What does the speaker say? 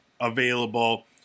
available